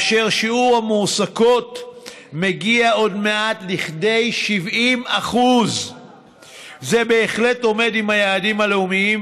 ושיעור המועסקות מגיע עוד מעט לכדי 70%. זה בהחלט עומד ביעדים הלאומיים,